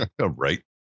Right